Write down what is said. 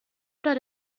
oder